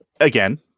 Again